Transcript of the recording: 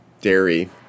dairy